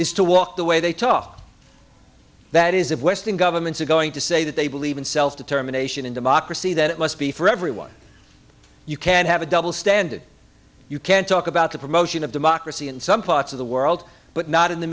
is to walk the way they talk that is if western governments are going to say that they believe in self determination and democracy then it must be for everyone you can have a double standard you can talk about the promotion of democracy in some parts of the world but not in the